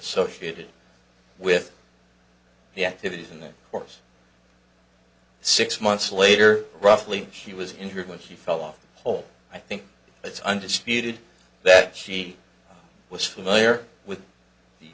associated with the activities in their horse six months later roughly she was injured when she fell off the whole i think it's undisputed that she was familiar with the